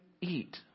eat